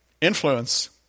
Influence